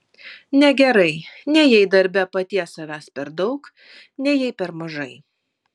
negerai nei jei darbe paties savęs per daug nei jei per mažai